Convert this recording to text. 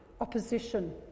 opposition